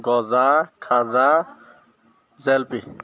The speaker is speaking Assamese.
গজা খাজা জেলেপী